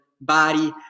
body